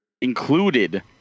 included